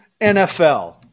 NFL